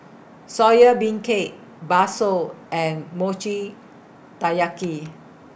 Soya Beancurd Bakso and Mochi Taiyaki